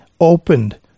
opened